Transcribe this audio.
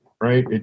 right